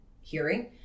hearing